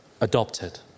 adopted